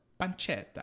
pancetta